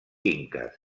inques